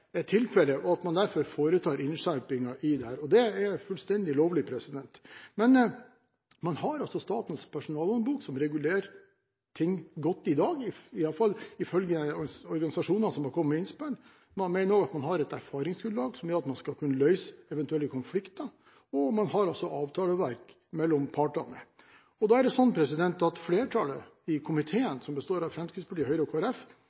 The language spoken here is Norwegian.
og at man derfor foretar innskjerpinger i dette. Det er fullstendig lovlig, men man har altså Statens personalhåndbok som regulerer ting godt i dag – iallfall ifølge organisasjonene som har kommet med innspill. Man mener også at man har et erfaringsgrunnlag som gjør at man skal kunne løse eventuelle konflikter, og man har avtaleverk mellom partene. Flertallet i komiteen – som består av Fremskrittspartiet, Høyre og